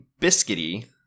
biscuity